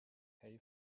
pay